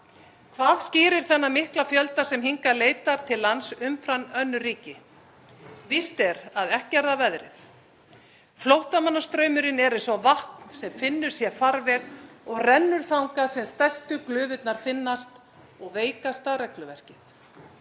Hvað skýrir þennan mikla fjölda sem hingað leitar til lands umfram önnur ríki? Víst er að ekki er það veðrið. Flóttamannastraumurinn er eins og vatn sem finnur sér farveg og rennur þangað sem stærstu glufurnar finnast og veikasta regluverkið.